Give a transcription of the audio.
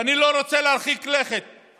ואני לא רוצה להרחיק לכת,